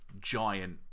giant